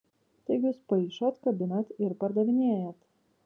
taigi jūs paišot kabinat ir pardavinėjat